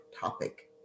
topic